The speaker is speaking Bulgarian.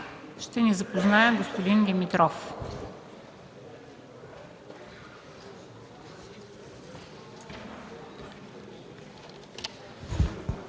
ще ни запознае господин Димитров.